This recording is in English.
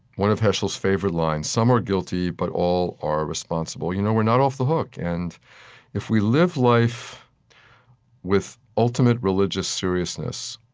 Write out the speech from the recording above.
one of heschel's favorite lines some are guilty, but all are responsible. you know we're not off the hook. and if we live life with ultimate religious seriousness,